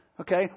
Okay